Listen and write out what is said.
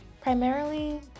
Primarily